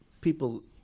people